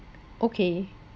okay